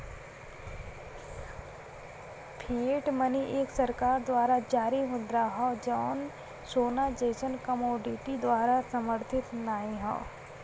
fiat money एक सरकार द्वारा जारी मुद्रा हौ जौन सोना जइसन कमोडिटी द्वारा समर्थित नाहीं हौ